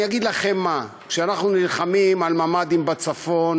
אני אגיד לכם מה: כשאנחנו נלחמים על ממ"דים בצפון,